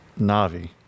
Navi